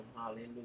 hallelujah